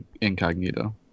incognito